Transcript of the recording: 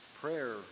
prayer